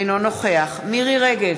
אינו נוכח מירי רגב,